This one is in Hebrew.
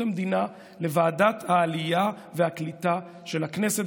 המדינה לוועדת העלייה והקליטה של הכנסת.